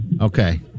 Okay